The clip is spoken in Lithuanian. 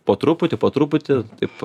po truputį po truputį taip